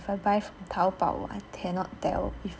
if I buy from Taobao I cannot tell if